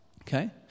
Okay